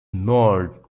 marred